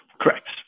Correct